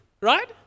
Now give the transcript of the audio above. right